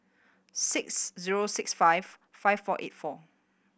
six zero six five five four eight four